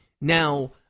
Now